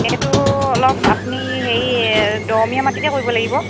এইটো অলপ আপুনি হেৰি দ'মোৰিয়া মাটিতে কৰিব লাগিব